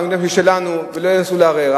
וזה שלנו ולא ינסו לערער,